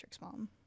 mom